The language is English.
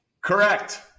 Correct